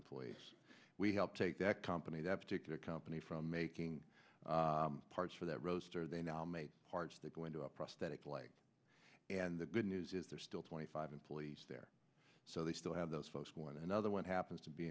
employees we helped take that company that particular company from making parts for that roaster they now make parts that go into a prosthetic leg and the good news is there's still twenty five employees there so they still have those folks one another one happens to be